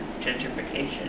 gentrification